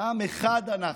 עם אחד אנחנו,